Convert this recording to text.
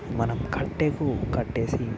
మనం కట్టెకు కట్టేసి